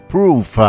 Proof